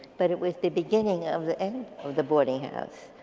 but it was the beginning of the end of the boarding house.